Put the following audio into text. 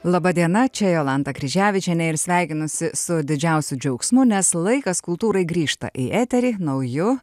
laba diena čia jolanta kryževičienė ir sveikinuosi su didžiausiu džiaugsmu nes laikas kultūrai grįžta į eterį nauju